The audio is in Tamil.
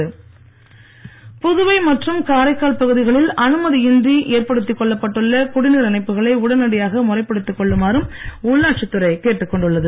குடிநீர் இணைப்பு புதுவை மற்றும் காரைக்கால் பகுதிகளில் அனுமதியின்றி ஏற்படுத்திக் கொள்ளப்பட்டுள்ள குடிநீர் இணைப்புகளை உடனடியாக முறைப்படுத்திக் கொள்ளுமாறு உள்ளாட்சித்துறை கேட்டுக் கொண்டுள்ளது